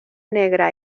negra